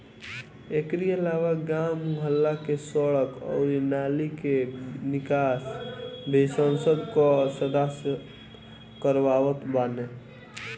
एकरी अलावा गांव, मुहल्ला के सड़क अउरी नाली के निकास भी संसद कअ सदस्य करवावत बाने